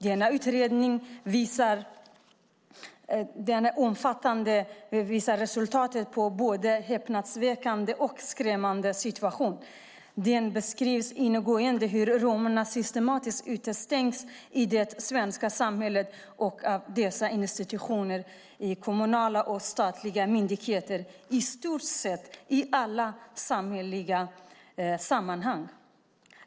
Det omfattande betänkandet visar på resultatet av en både häpnadsväckande och skrämmande situation. Det beskrivs ingående hur romerna systematiskt utestängs från det svenska samhället av institutioner och kommunala och statliga myndigheter i i stort sett alla samhälleliga sammanhang.